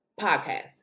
podcast